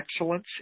Excellence